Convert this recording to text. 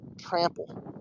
trample